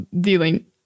dealing